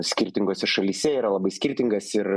skirtingose šalyse yra labai skirtingas ir